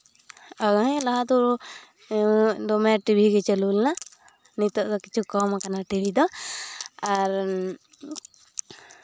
ᱦᱮᱸ ᱞᱟᱦᱟ ᱫᱚ ᱫᱚᱢᱮ ᱴᱤᱵᱷᱤ ᱜᱮ ᱪᱟᱹᱞᱩ ᱞᱮᱱᱟ ᱱᱤᱛᱚᱜ ᱫᱚ ᱠᱤᱪᱷᱩ ᱠᱚᱢ ᱟᱠᱟᱱᱟ ᱴᱤᱵᱷᱤ ᱫᱚ ᱟᱨ